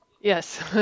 Yes